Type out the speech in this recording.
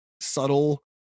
subtle